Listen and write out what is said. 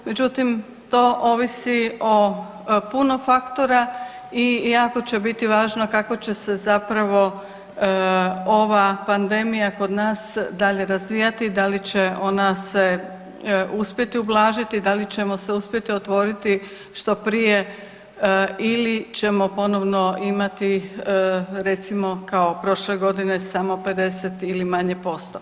Međutim, to ovisi o puno faktora i jako će biti važno kako će se zapravo ova pandemija kod nas dalje razvijati da li će ona se uspjeti ublažiti, da li ćemo se uspjeti otvoriti što prije ili ćemo ponovno imati recimo kao prošle godine samo 50 ili manje posto.